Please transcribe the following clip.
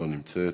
לא נמצאת,